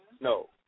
No